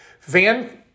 Van